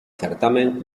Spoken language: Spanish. certamen